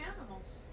animals